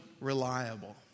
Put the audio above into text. reliable